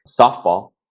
softball